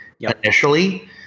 initially